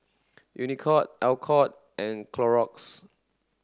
Unicurd Alcott and Clorox